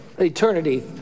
Eternity